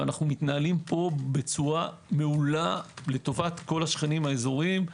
ואנו מתנהלים פה בצורה מעולה לטובת כל השכנים האזוריים,